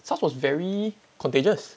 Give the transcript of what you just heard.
SARS was very contagious